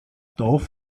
dorf